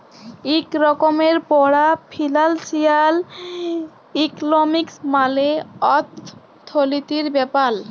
ইক রকমের পড়া ফিলালসিয়াল ইকলমিক্স মালে অথ্থলিতির ব্যাপার